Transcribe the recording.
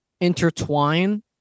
intertwine